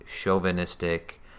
chauvinistic